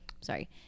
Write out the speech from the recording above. sorry